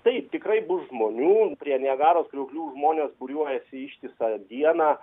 taip tikrai bus žmonių prie niagaros krioklių žmonės būriuojasi ištisą dieną